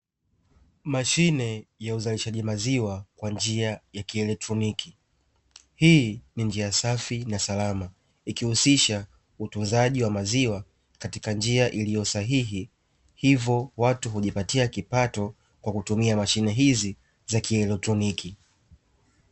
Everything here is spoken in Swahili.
Mashine ya uzalishaji maziwa kwa njia ya kieletroniki. Hii ni njia safi na salama, ikihusisha utunzaji wa maziwa katika njia iliyo sahihi, hivyo watu hujipatia kipato kwa kutumia mashine hizi za kieletroniki.